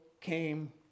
came